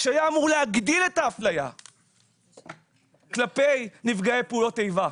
שהיה אמור להגדיל את ההפליה כלפי נפגעי פעולות איבה.